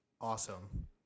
awesome